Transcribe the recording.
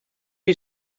you